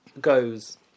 goes